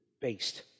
based